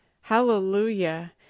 Hallelujah